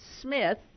Smith